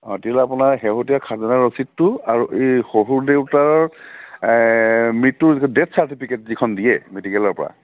অঁ তেতিয়াহ'লে আপোনাৰ শেহতীয়া খাজনাাৰ ৰচিদটো আৰু এই শহুৰদেউতাৰ মৃত্যুৰ ডেথ চাৰ্টিফিকেট যিখন দিয়ে মেডিকেলৰপৰা